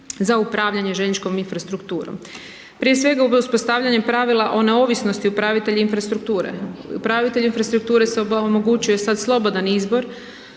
za upravljanje željezničkom infrastrukturom. Prije svega uspostavljanjem pravila o neovisnosti upravitelja infrastrukture. Upravitelju infrastrukture se omogućuje sad slobodan izbor.